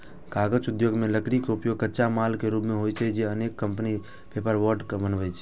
कागज उद्योग मे लकड़ी के उपयोग कच्चा माल के रूप मे होइ छै आ अनेक कंपनी पेपरबोर्ड बनबै छै